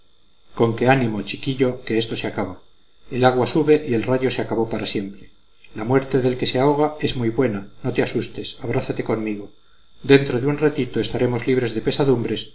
con que ánimo chiquillo que esto se acaba el agua sube y el rayo se acabó para siempre la muerte del que se ahoga es muy buena no te asustes abrázate conmigo dentro de un ratito estaremos libres de pesadumbres